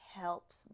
helps